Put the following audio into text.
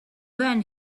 then